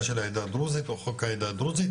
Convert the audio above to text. של העדה הדרוזית או חוק העדה הדרוזית,